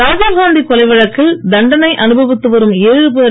ராஜீவ் காந்தி கொலை வழக்கில் தண்டனை அனுபவித்து வரும் பேரை